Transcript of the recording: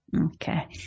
Okay